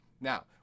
Now